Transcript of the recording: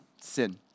sin